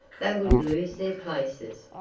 they would lose their places,